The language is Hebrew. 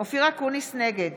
נגד